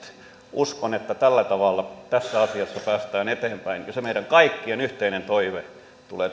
uskon että tällä tavalla tässä asiassa päästään eteenpäin ja se meidän kaikkien yhteinen toive tulee